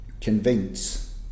convince